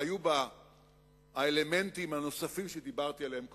והיו בה האלמנטים הנוספים שדיברתי עליהם קודם,